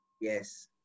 Yes